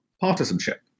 partisanship